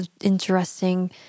interesting